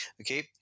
okay